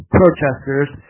protesters